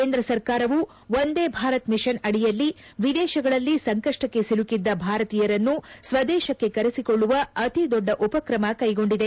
ಕೇಂದ್ರ ಸರ್ಕಾರವು ವಂದೇ ಭಾರತ್ ಮಿಷನ್ ಅಡಿಯಲ್ಲಿ ವಿದೇಶಗಳಲ್ಲಿ ಸಂಕಷ್ಟಕ್ಕೆ ಸಿಲುಕಿದ್ದ ಭಾರತೀಯರನ್ನು ಸ್ವದೇಶಕ್ಕೆ ಕರೆಸಿಕೊಳ್ಳುವ ಅತಿದೊಡ್ಡ ಉಪಕ್ರಮ ಕೈಗೊಂಡಿದೆ